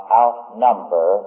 outnumber